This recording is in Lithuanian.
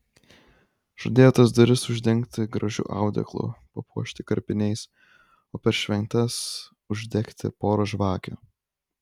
žadėjo tas duris uždengti gražiu audeklu papuošti karpiniais o per šventes uždegti porą žvakių